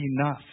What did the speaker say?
enough